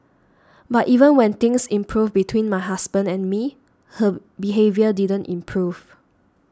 but even when things improved between my husband and me her behaviour didn't improve